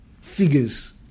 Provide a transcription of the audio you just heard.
figures